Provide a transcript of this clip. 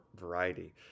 variety